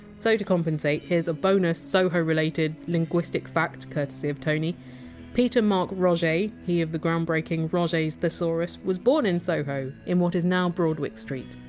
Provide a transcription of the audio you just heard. so to compensate, here's a bonus soho-related linguistic fact, courtesy of tony peter mark roget, he of the groundbreaking roget! s thesaurus, was born in soho, in what is now broadwick street.